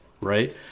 right